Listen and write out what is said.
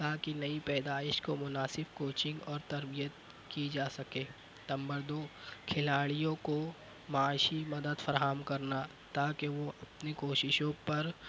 تاکہ نئی پیدائش کو مناسب کوچنگ اور تربیت کی جا سکے نمبر دو کھلاڑیوں کو معاشی مدد فراہم کرنا تاکہ وہ اپنی کوششوں پر